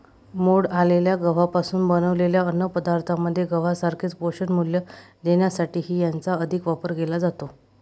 मोड आलेल्या गव्हापासून बनवलेल्या अन्नपदार्थांमध्ये गव्हासारखेच पोषणमूल्य देण्यासाठीही याचा अधिक वापर केला जातो